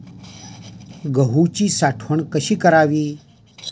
गहूची साठवण कशी करावी?